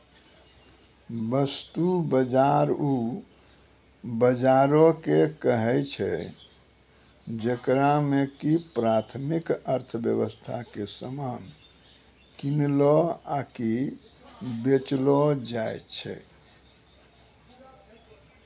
वस्तु बजार उ बजारो के कहै छै जेकरा मे कि प्राथमिक अर्थव्यबस्था के समान किनलो आकि बेचलो जाय छै